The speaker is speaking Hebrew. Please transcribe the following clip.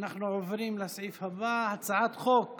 להכניס אותם תחת העם